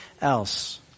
else